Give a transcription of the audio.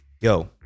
yo